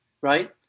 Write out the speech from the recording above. right